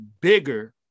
bigger